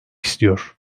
istiyor